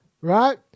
Right